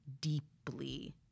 deeply